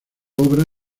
obra